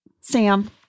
Sam